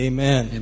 Amen